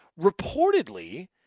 Reportedly